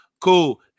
Cool